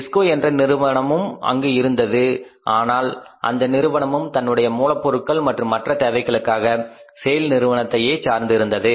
disco என்ற நிறுவனமும் அங்கு இருந்தது ஆனால் அந்த நிறுவனமும் தன்னுடைய மூலப்பொருட்கள் மற்றும் மற்ற தேவைகளுக்காக செய்ல் நிறுவனத்தையே சார்ந்து இருந்தது